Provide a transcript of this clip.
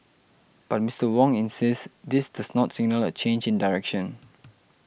but Mister Wong insists this does not signal a change in direction